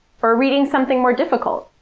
or reading something more difficult.